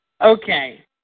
Okay